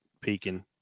peaking